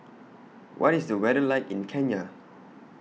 What IS The weather like in Kenya